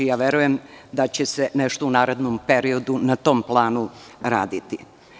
Verujem da će se nešto u narednom periodu na tom planu raditi.